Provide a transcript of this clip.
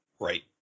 right